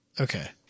Okay